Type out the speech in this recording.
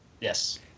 Yes